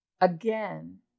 again